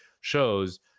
shows